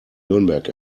nürnberg